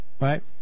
Right